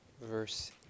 verse